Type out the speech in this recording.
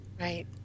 Right